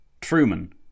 Truman